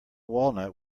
walnut